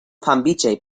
pambiche